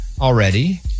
already